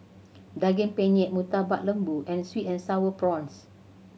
Daging Penyet Murtabak Lembu and sweet and Sour Prawns